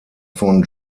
von